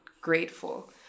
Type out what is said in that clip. grateful